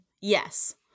Yes